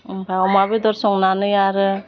आमफाय अमा बेदर संनानै आरो